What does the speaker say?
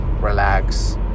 relax